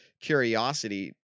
curiosity